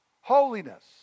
holiness